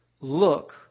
look